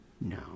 no